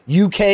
UK